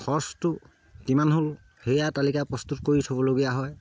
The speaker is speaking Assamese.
খৰচটো কিমান হ'ল সেয়া তালিকা প্ৰস্তুত কৰি থ'বলগীয়া হয়